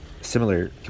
similar